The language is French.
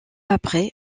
après